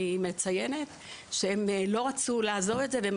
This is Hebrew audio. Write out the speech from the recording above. אני מציינת שהם לא רצו לעזוב את זה והם